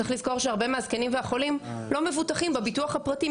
צריך לזכור שהרבה מהזקנים והחולים לא מבוטחים בביטוח הפרטי,